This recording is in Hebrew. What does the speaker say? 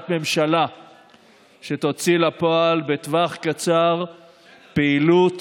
ממשלה שתוציא לפועל בטווח קצר פעילות